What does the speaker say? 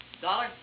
Dollar